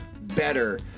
better